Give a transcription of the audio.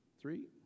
three